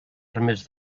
armes